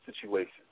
situation